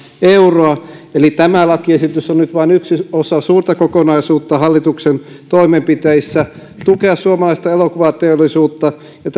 euroa eli tämä lakiesitys on vain yksi osa suurta kokonaisuutta hallituksen toimenpiteissä tukea suomalaista elokuvateollisuutta ja